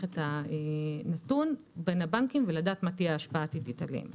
את הנתון בין הבנקים ולדעת מה תהיה ההשפעה עליהם.